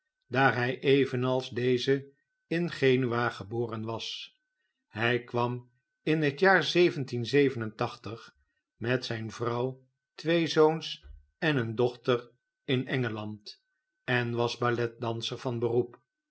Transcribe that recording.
daar hij evenals deze in genua geboren was hij kwam in net jaar met zijne vrouw twee zoons en eene dochter in engeland en was balletdanser van beroep